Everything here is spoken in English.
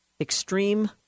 Extreme